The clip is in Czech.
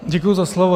Děkuji za slovo.